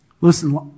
Listen